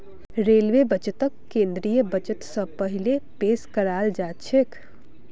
railway बजटक केंद्रीय budget स पहिले पेश कराल जाछेक